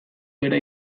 bera